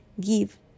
give